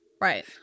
right